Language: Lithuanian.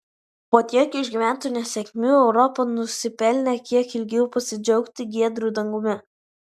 po tiek išgyventų nesėkmių europa nusipelnė kiek ilgiau pasidžiaugti giedru dangumi